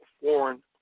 foreign